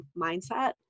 mindset